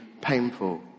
painful